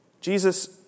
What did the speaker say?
Jesus